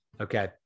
Okay